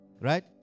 right